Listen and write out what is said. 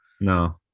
No